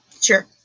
Sure